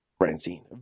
Francine